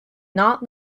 not